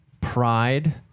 pride